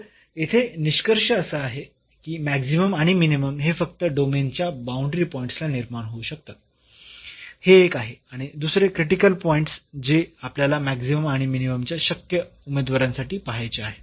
तर येथे निष्कर्ष असा आहे की मॅक्सिमम आणि मिनिमम हे फक्त डोमेनच्या बाऊंडरी पॉईंट्स ला निर्माण होऊ शकतात हे एक आहे आणि दुसरे क्रिटिकल पॉईंट्स जे आपल्याला मॅक्सिमम आणि मिनिममच्या शक्य उमेदवारांसाठी पहायचे आहेत